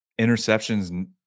interceptions